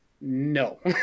No